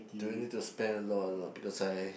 do we need to spend a lot or not because I